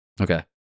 Okay